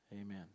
Amen